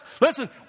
Listen